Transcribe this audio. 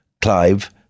Clive